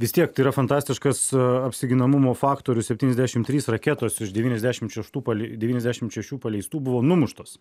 vis tiek tai yra fantastiškas apsiginamumo faktorius septyniasdešim trys raketos iš devyniasdešim šeštų pali devyniasdešim šešių paleistų buvo numuštos